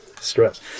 stress